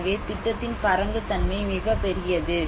எனவே திட்டத்தின் பரந்த தன்மை மிகப் பெரியது